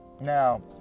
Now